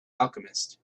alchemist